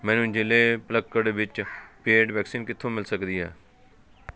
ਮੈਨੂੰ ਜ਼ਿਲ੍ਹੇ ਪਲੱਕੜ ਵਿੱਚ ਪੇਡ ਵੈਕਸੀਨ ਕਿੱਥੋਂ ਮਿਲ ਸਕਦੀ ਹੈ